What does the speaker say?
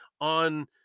on